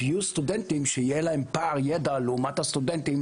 סטודנטים שיהיה להם פער ידע לעומת הסטודנטים